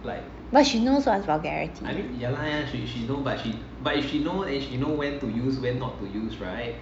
but she knows what's vulgarity